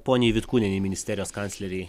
poniai vitkūnienei ministerijos kanclerei